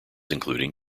including